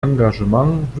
engagement